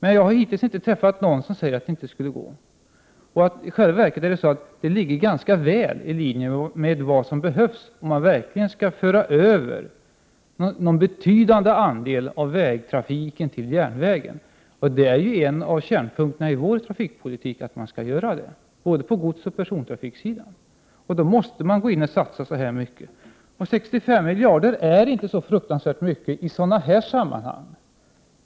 Men jag har hittills inte träffat någon som säger att det inte skulle gå ihop. Vårt förslag ligger ganska väl i linje med vad som verkligen behövs, om man skall föra över en betydande andel av vägtrafiken till järnväg. Och det är ju en av kärnpunkterna i vår trafikpolitik att sådana överföringar skall ske både på godsoch på persontrafiksidan. För att förverkliga dessa idéer måste man satsa så mycket. 65 miljarder kronor är inte så fruktansvärt mycket i sådana här sammanhang.